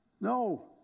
No